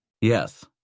Yes